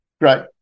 Great